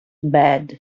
bad